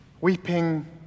weeping